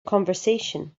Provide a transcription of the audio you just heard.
conversation